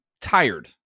tired